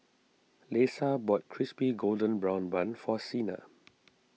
Lesa bought Crispy Golden Brown Bun for Sina